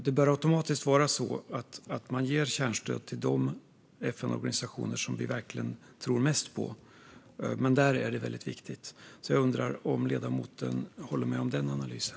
Det bör automatiskt vara så att vi ger kärnstöd till de FN-organisationer som vi verkligen tror mest på. Där är det väldigt viktigt. Jag undrar om ledamoten håller med om den analysen.